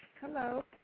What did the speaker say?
Hello